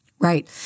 Right